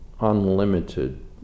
unlimited